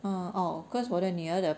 oh orh cause 我的女儿的